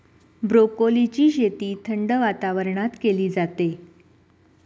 ब्रोकोलीची शेती थंड वातावरणात केली जाते